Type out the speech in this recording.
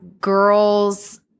girls